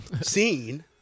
seen